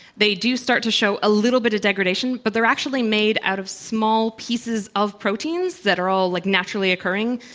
they do start to show a little bit of degradation but they are actually made out of small pieces of proteins that are all like naturally occurring.